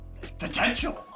potential